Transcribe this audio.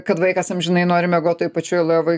kad vaikas amžinai nori miegot toj pačioj lovoj